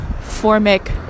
formic